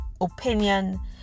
opinion